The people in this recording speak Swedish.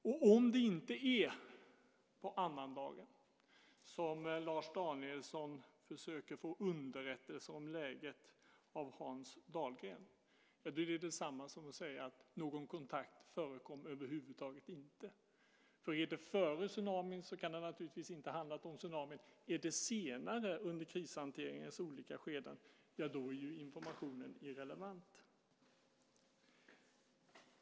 Och om det inte är på annandagen som Lars Danielsson försöker få underrättelser om läget av Hans Dahlgren är det detsamma som att säga att någon kontakt över huvud taget inte förekom. Är det före tsunamin så kan det naturligtvis inte ha handlat om tsunamin. Är det senare under krishanteringens olika skeden, ja, då är ju informationen irrelevant.